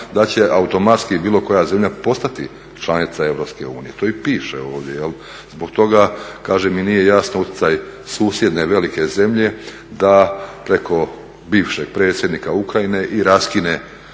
da će automatski bilo koja zemlja postati članica EU, to i piše ovdje. Zbog toga, kažem, mi nije jasan utjecaj susjedne velike zemlje da preko bivšeg predsjednika Ukrajine i raskine,